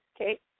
Okay